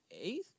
eighth